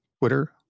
Twitter